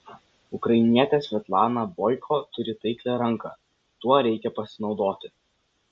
ukrainietė svetlana boiko turi taiklią ranką tuo reikia pasinaudoti